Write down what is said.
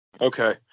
okay